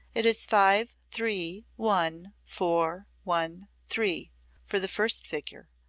it is five, three, one, four, one, three for the first figure.